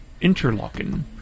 Interlocking